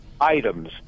items